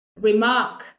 remark